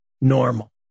normal